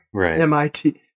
MIT